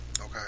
okay